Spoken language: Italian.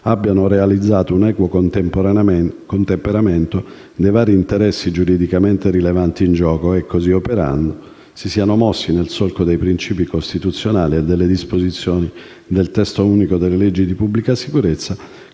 abbiano realizzato un equo contemperamento dei vari interessi giuridicamente rilevanti in gioco e, così operando, si siano mossi nel solco dei principi costituzionali e delle disposizioni del testo unico delle leggi di pubblica sicurezza,